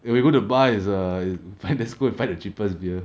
when you go to bar is err let's go find the cheapest beer